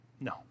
No